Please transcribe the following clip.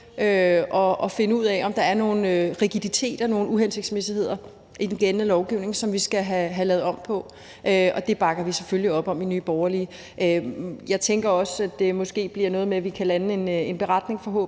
og finde ud af, om der er nogle rigiditeter, nogle uhensigtsmæssigheder i den gældende lovgivning, som vi skal have lavet om på, og det bakker vi selvfølgelig op om i Nye Borgerlige. Jeg tænker også, at det måske bliver noget med, at vi forhåbentlig